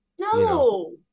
No